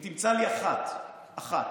אם תמצא לי אחת, אחת,